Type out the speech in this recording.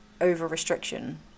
over-restriction